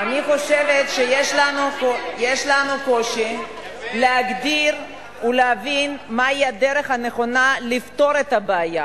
אני חושבת שיש לנו קושי להגדיר ולהבין מהי הדרך הנכונה לפתור את הבעיה